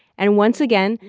and once again,